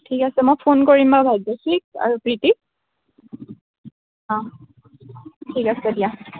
ঠিক আছে মই ফোন কৰিম বাৰু ভাগ্যশ্ৰীক আৰু প্ৰীতিক অঁ ঠিক আছে দিয়া